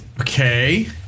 Okay